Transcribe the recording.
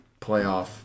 playoff